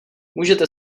můžete